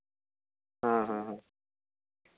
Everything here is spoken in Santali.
ᱦᱮᱸ ᱦᱮᱸ